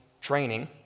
training